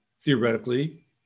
theoretically